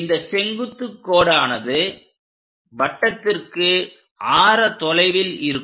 இந்த செங்குத்து கோடானது வட்டத்திற்கு ஆர தொலைவில் இருக்கும்